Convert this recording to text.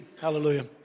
Hallelujah